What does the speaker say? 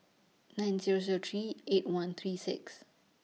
nine Zero Zero three eight one three six